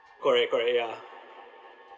correct correct ya